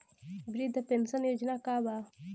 वृद्ध पेंशन योजना का बा?